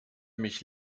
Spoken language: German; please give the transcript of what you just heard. mich